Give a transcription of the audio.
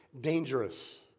dangerous